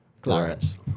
Clarence